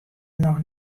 noch